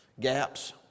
gaps